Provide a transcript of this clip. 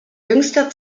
jüngster